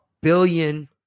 billion